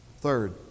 Third